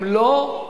אם לא,